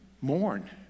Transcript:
mourn